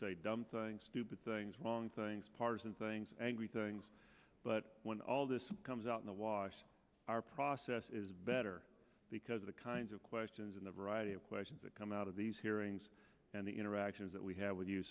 say dumb things stupid things wrong things partisan things angry things but when all this comes out in the wash our process is better because of the kinds of questions and a variety of questions that come out of these hearings and the interactions that we have with you